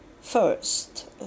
first